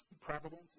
providence